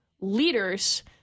leaders